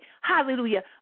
hallelujah